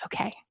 Okay